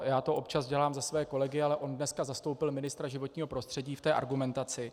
Já to občas dělám za své kolegy, ale on dneska zastoupil ministra životního prostředí v té argumentaci.